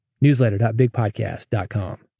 newsletter.bigpodcast.com